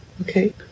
Okay